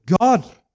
God